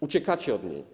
Uciekacie od niej.